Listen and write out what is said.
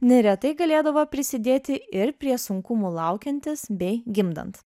neretai galėdavo prisidėti ir prie sunkumų laukiantis bei gimdant